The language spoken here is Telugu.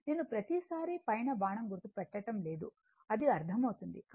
నేను ప్రతీసారి పైన బాణం గుర్తు పెట్టటం లేదు అది అర్థమవుతుంది